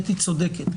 אתי צודקת,